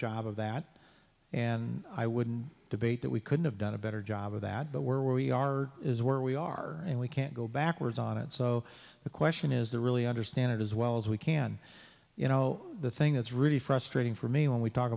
job of that and i wouldn't debate that we could have done a better job of that but where we are is where we are and we can't go backwards on it so the question is the really understand it as well as we can you know the thing that's really frustrating for me when we talk